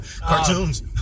cartoons